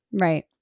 Right